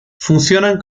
funcionan